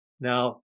now